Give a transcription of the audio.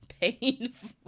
painful